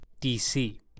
DC